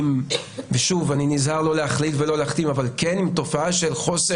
ואני נזהר לא להכליל ולא להכתים עם תופעה של חוסר